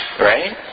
Right